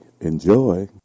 enjoy